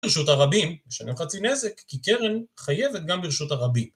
ברשות הרבים, משלם חצי נזק, כי קרן חייבת גם ברשות הרבים.